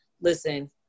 listen